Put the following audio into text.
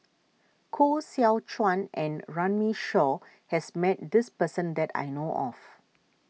Koh Seow Chuan and Runme Shaw has met this person that I know of